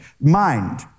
Mind